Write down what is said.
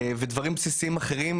ודברים בסיסיים אחרים,